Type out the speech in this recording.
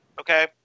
okay